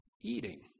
Eating